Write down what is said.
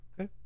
okay